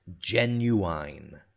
genuine